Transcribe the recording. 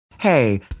Hey